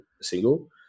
single